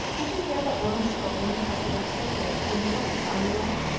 did you hear that woman scolding because he don't stay here and give up his army life?